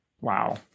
Wow